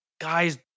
guys